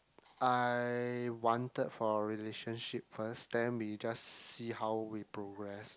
I wanted for a relationship first then we just see how we progress